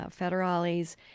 federales